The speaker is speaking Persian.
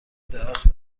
درخت